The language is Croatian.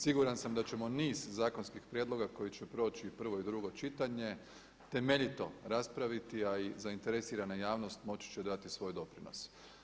Siguran sam da ćemo niz zakonskih prijedloga koji će proći prvo i drugo čitanje temeljito raspraviti, a i zainteresirana javnost moći će dati svoj doprinos.